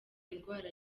indwara